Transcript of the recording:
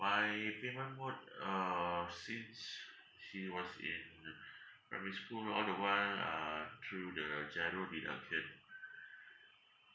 my payment mode uh since she was in primary school all the while uh through the GIRO been